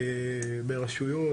ברשויות,